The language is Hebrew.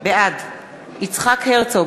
בעד יצחק הרצוג,